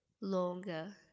longer